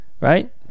right